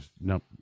nope